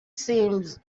seems